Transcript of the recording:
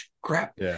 crap